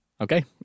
Okay